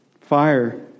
Fire